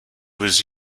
was